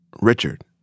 Richard